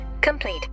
complete